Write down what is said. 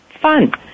fun